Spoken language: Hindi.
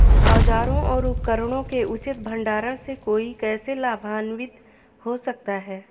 औजारों और उपकरणों के उचित भंडारण से कोई कैसे लाभान्वित हो सकता है?